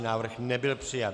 Návrh nebyl přijat.